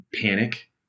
panic